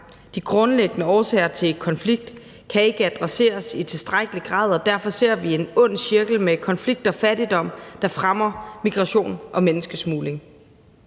De grundlæggende årsager til konflikt kan ikke adresseres i tilstrækkelig grad, og derfor ser vi en ond cirkel med konflikt og fattigdom, der fremmer migration og menneskesmugling.